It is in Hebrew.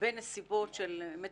הם כותבים שם אמירות של יוסף